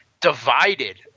divided